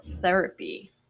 therapy